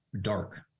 dark